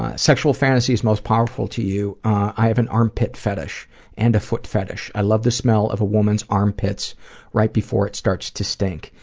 sexual fantasies most powerful to you i have an armpit fetish and a foot fetish. i love the smell of a woman's armpits right before it starts to stink,